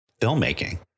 filmmaking